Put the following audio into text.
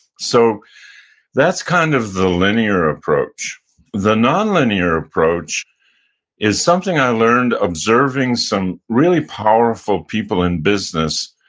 so that's kind of the linear approach the nonlinear approach is something i learned observing some really powerful people in business,